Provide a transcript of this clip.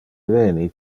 eveni